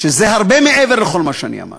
שזה הרבה מעבר לכל מה שאני אמרתי.